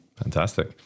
Fantastic